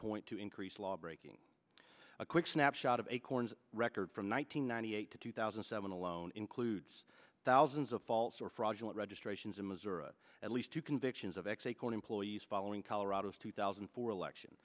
point to increase lawbreaking a quick snapshot of acorn's record from one thousand nine hundred eight to two thousand seven alone includes thousands of false or fraudulent registrations in missouri at least two convictions of ex acorn employees following colorado's two thousand and four election